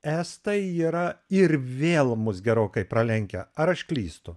estai yra ir vėl mus gerokai pralenkę ar aš klystu